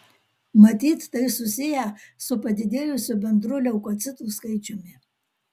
matyt tai susiję su padidėjusiu bendru leukocitų skaičiumi